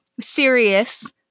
Serious